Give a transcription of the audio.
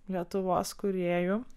lietuvos kūrėjų